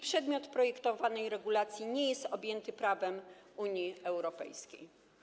Przedmiot projektowanej regulacji nie jest objęty prawem Unii Europejskiej.